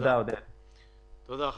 אני